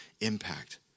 impact